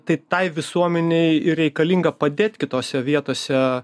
tai tai visuomenei ir reikalinga padėt kitose vietose